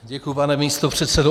Děkuji, pane místopředsedo.